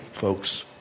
folks